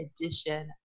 edition